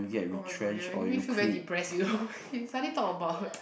oh-my-god you are making me feel very depressed you know you suddenly talk about